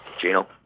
Gino